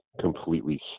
completely